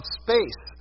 space